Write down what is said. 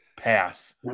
Pass